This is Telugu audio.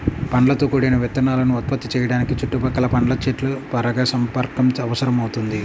పండ్లతో కూడిన విత్తనాలను ఉత్పత్తి చేయడానికి చుట్టుపక్కల పండ్ల చెట్ల పరాగసంపర్కం అవసరమవుతుంది